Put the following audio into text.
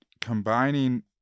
combining